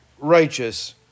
righteous